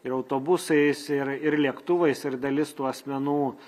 ir autobusais ir ir lėktuvais ir dalis tų asmenų